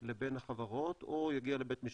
לבין החברות או יגיע לבית משפט,